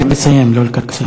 לא לא, לסיים, לא לקצר.